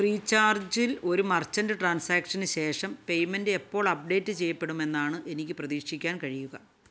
ഫ്രീചാർജിൽ ഒരു മർച്ചന്റ് ട്രാൻസാക്ഷന് ശേഷം പേയ്മെന്റ് എപ്പോൾ അപ്ഡേറ്റ് ചെയ്യപ്പെടുമെന്നാണ് എനിക്ക് പ്രതീക്ഷിക്കാൻ കഴിയുക